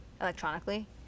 electronically